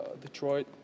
Detroit